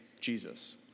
Jesus